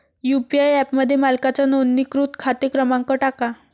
UPI ॲपमध्ये मालकाचा नोंदणीकृत खाते क्रमांक टाका